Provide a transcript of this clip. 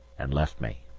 and left me.